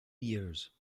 years